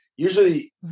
Usually